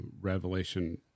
Revelation